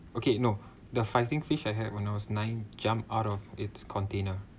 okay no the fighting fish I had when I was nine jump out of its container